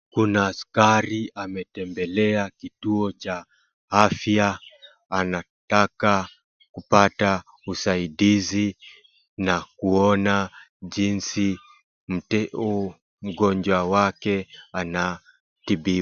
Kuna askari ametembelea kituo cha afya, anataka kupata usaidizi na kuona jinsi mgonjwa wake anatibiwa .